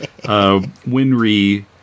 Winry